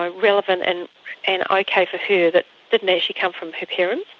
ah relevant and and ok for her that didn't actually come from her parents.